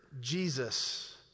Jesus